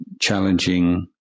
challenging